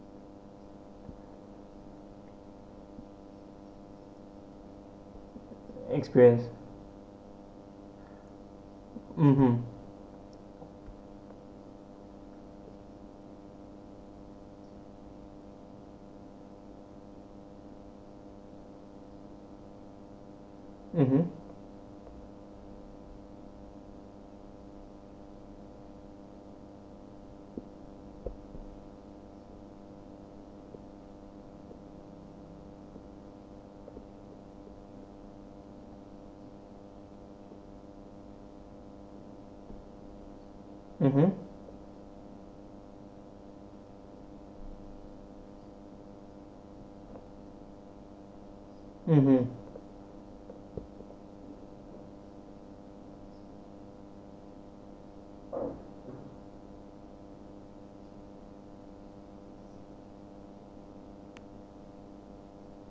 experience mmhmm